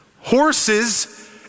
horses